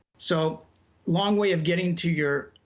so long way of getting to your